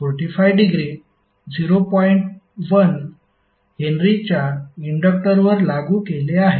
1 H च्या इन्डक्टरवर लागू केले आहे